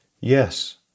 Yes